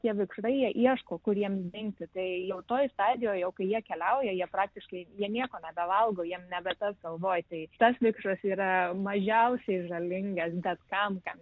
tie vikšrai jie ieško kur jiem dingti tai jau toj stadijoj jau kai jie keliauja praktiškai jie nieko nebevalgo jiem nebe tas galvoj tai tas vikšras yra mažiausiai žalingas bet kam kam